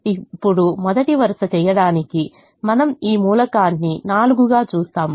ఇప్పుడు మొదటి వరుస చేయడానికి మనం ఈ మూలకాన్ని 4 గా చూస్తాము